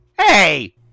Hey